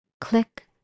click